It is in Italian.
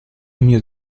mio